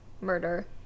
murder